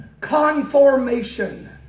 Conformation